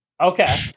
Okay